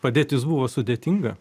padėtis buvo sudėtinga